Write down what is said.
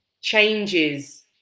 changes